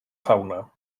fauna